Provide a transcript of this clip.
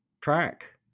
track